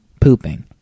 Pooping